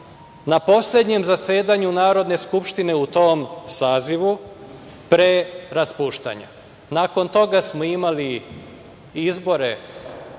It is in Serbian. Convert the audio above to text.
na poslednjem zasedanju Narodne skupštine u tom sazivu pre raspuštanja. Nakon toga smo imali izbore